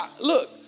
Look